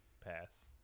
pass